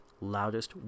loudest